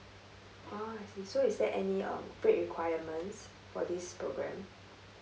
oh I see so is there any um grade requirements for this program